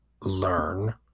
learn